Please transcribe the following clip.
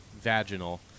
vaginal